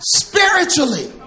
spiritually